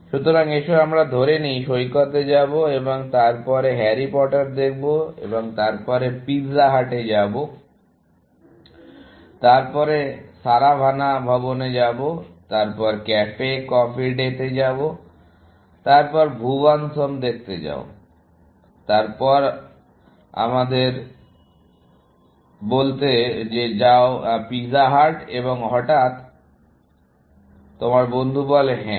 সুতরাং এসো আমরা ধরে নেই সৈকতে যাবো এবং তারপরে হ্যারি পোর্টার দেখবো এবং তারপর পিজা হাটে যাবো তারপর সারাভানা ভবনে যাবে তারপর ক্যাফে কফি ডে তে যাবে তারপর ভুবন'স হোম দেখতে যাও তারপর আমাদের বলতে যান পিজা হাট এবং হঠাৎ আপনার বন্ধু বলে হ্যাঁ